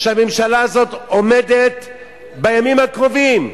שהממשלה הזאת עומדת להביא בימים הקרובים.